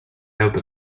deute